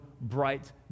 bright